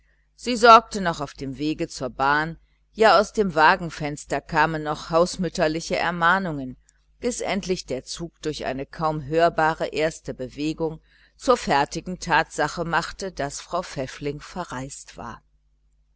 sie sorgte noch auf dem weg zur bahn ja aus dem wagenfenster kamen noch hausmütterliche ermahnungen bis endlich der zug durch eine kaum hörbare erste bewegung zur fertigen tatsache machte daß frau pfäffling verreist war